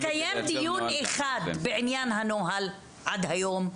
התקיים דיון אחד בעניין הנוהל עד היום?